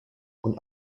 und